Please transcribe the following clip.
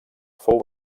fou